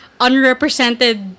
unrepresented